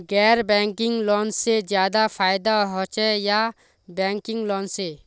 गैर banking loan से ज्यादा फायदा होचे या बैंकिंग लोन से?